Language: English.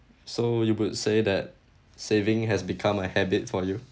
so you would say that saving has become a habit for you